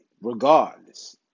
regardless